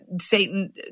Satan